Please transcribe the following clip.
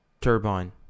turbine